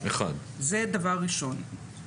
זה דבר ראשון.